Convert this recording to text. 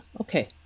okay